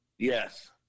Yes